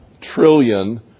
trillion